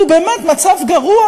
והוא באמת מצב גרוע,